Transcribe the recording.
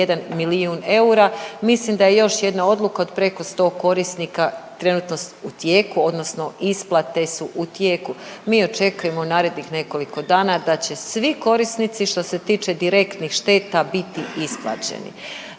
5,1 milijun eura. Mislim da je još jedna odluka od preko 100 korisnika trenutno u tijeku odnosno isplate su u tijeku. Mi očekujemo u narednih nekoliko dana da će svi korisnici što se tiče direktnih šteta biti isplaćeni.